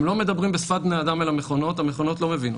הם לא מדברים בשפת בני אדם אל המכונות המכונות לא מבינות,